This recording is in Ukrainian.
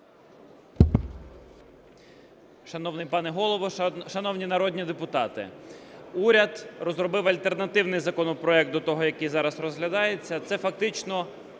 Шановний пане Голово, шановні народні депутати! Уряд розробив альтернативний законопроект до того, який зараз розглядається.